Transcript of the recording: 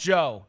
Joe